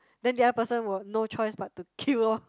then the other person will no choice but to kill lor